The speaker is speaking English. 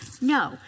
No